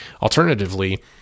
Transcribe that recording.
Alternatively